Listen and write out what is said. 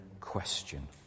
question